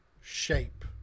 shape